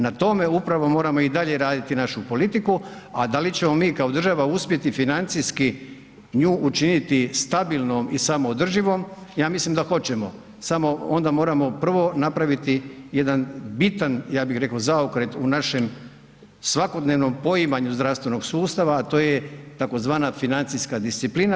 Na tome upravo moramo i dalje raditi našu politiku, a da li ćemo mi kao država uspjeti financijski nju učiniti stabilnom i samoodrživom, ja mislim da hoćemo samo onda moramo prvo napraviti jedan bitan ja bih rekao zaokret u našem svakodnevnom poimanju zdravstvenog sustava, a to je tzv. financijska disciplina.